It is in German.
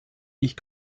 ich